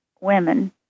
women